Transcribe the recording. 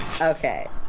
Okay